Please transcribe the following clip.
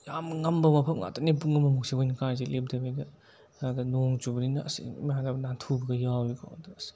ꯌꯥꯝꯅ ꯉꯝꯕ ꯃꯐꯝ ꯉꯥꯛꯇꯅꯤ ꯄꯨꯡ ꯑꯃꯃꯨꯛꯁꯦ ꯑꯩꯈꯣꯏꯅ ꯀꯥꯔꯤꯁꯦ ꯂꯦꯞꯇꯕꯤꯗ ꯑꯗꯨꯗ ꯅꯣꯡ ꯆꯨꯕꯅꯤꯅ ꯑꯁ ꯏꯃꯥꯟꯅꯕꯒ ꯅꯥꯟꯊꯨꯕꯒ ꯌꯥꯎꯑꯦꯀꯣ ꯑꯗꯣ ꯑꯁ